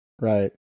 Right